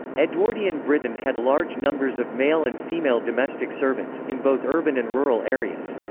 edwardian britain had large numbers of male and female domestic servants, in both urban and rural areas.